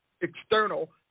external